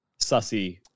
sussy